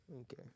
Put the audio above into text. Okay